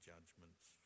judgments